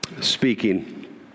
speaking